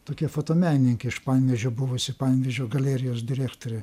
tokia fotomenininkė iš panevėžio buvusi panevėžio galerijos direktorė